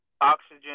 oxygen